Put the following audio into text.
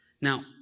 Now